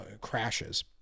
crashes